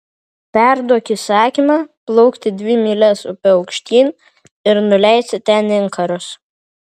perduok įsakymą plaukti dvi mylias upe aukštyn ir nuleisti ten inkarus